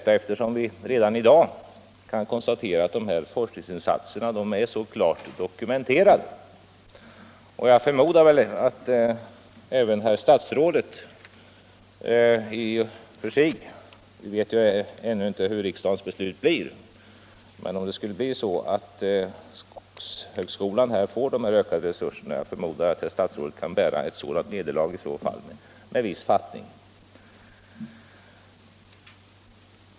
Man kan ju redan i dag konstatera att behovet av vissa forskningsinsatser är klart dokumenterat. Vi vet ännu inte hur riksdagens beslut blir, men om skogshögskolan skulle få de föreslagna ökade resurserna förmodar jag att statsrådet kan bära ett sådant nederlag med viss fattning.